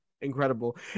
incredible